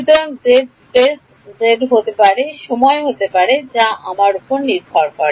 সুতরাং z space z হতে পারে সময় হতে পারে যা আমার উপর নির্ভর করে